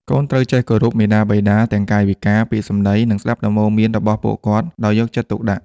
កូនត្រូវចេះគោរពមាតាបិតា ទាំងកាយវិការ ពាក្យសម្ដី និងស្ដាប់ដំបូន្មានរបស់ពួកគាត់ដោយយកចិត្តទុកដាក់។